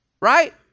right